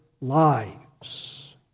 lives